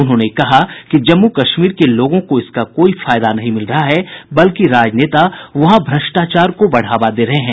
उन्होंने कहा कि जम्मू कश्मीर के लोगों को इसका कोई फायदा नहीं मिल रहा है बल्कि राजनेता वहां भ्रष्टाचार को बढ़ावा दे रहे हैं